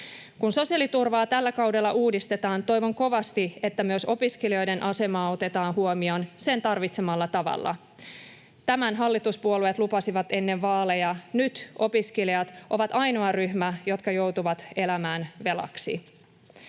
Kun sosiaaliturvaa tällä kaudella uudistetaan, toivon kovasti, että myös opiskelijoiden asema otetaan huomioon sen tarvitsemalla tavalla. Tämän hallituspuolueet lupasivat ennen vaaleja. Nyt opiskelijat ovat ainoa ryhmä, jotka joutuvat elämään velaksi.